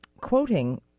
quoting